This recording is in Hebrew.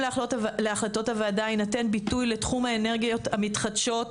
להחלטות הוועדה יינתן ביטוי לתחום האנרגיות המתחדשות,